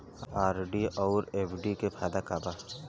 RD आउर FD के का फायदा बा?